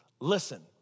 Listen